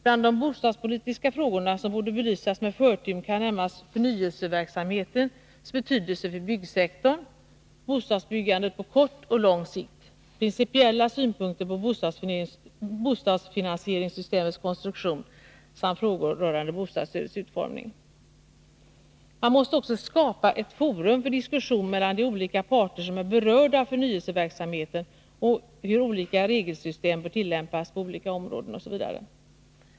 Bland de bostadspolitiska frågor som borde belysas med förtur kan nämnas förnyelseverksamhetens betydelse för byggsektorn, bostadsbyggande på kort och lång sikt, principiella synpunkter på bostadsfinansieringssystemets konstruktion samt frågor rörande bostadsstödets utformning. Man måste också skapa ett forum för diskussioner mellan de olika parter 6 Riksdagens protokoll 1982/83:18-19 som är berörda av förnyelseverksamheten, om hur olika regelsystem bör tillämpas på olika områden osv.